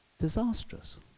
Disastrous